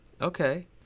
Okay